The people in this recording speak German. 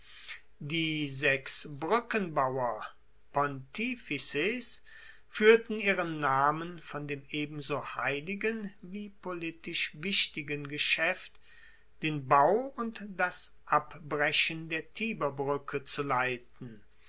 die sechs brueckenbauer pontifices fuehrten ihren namen von dem ebenso heiligen wie politisch wichtigen geschaeft den bau und das abbrechen der tiberbruecke zu leiten